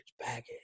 package